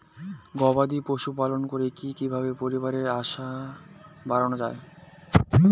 গবাদি পশু পালন করে কি কিভাবে পরিবারের আয় বাড়ানো যায়?